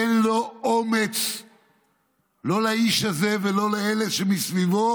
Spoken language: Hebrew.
אין לו אומץ לומר, לא לאיש הזה ולא לאלה שמסביבו: